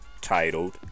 titled